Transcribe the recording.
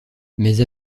mais